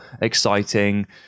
exciting